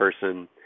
person